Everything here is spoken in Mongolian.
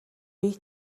бие